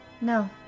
No